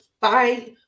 Bye